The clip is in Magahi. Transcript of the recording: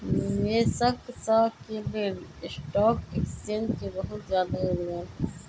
निवेशक स के लेल स्टॉक एक्सचेन्ज के बहुत जादा योगदान हई